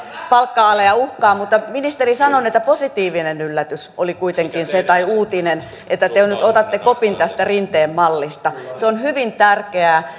palkka ale uhkaa mutta ministeri sanon että positiivinen yllätys tai uutinen oli kuitenkin se että te nyt otatte kopin tästä rinteen mallista se on hyvin tärkeää